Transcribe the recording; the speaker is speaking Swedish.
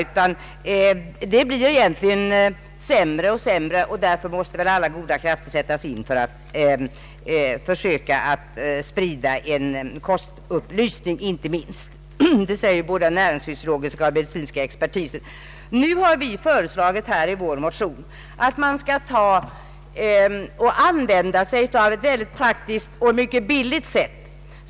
Förhållandena blir egentligen sämre och sämre, och därför måste alla goda krafter sättas in för att söka sprida inte minst kostupplysning. Det säger både näringsfysiologiska och medicinska experter. I vår motion har vi föreslagit att man skall använda sig av ett väldigt praktiskt och billigt sätt.